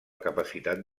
capacitat